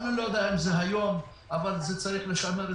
אני לא יודע אם דווקא היום אבל צריך לשמר את